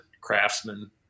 craftsman